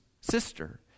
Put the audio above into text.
sister